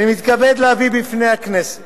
אני מתכבד להביא בפני הכנסת